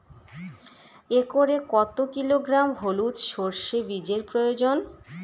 একরে কত কিলোগ্রাম হলুদ সরষে বীজের প্রয়োজন?